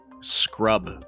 Scrub